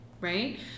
Right